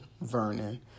Vernon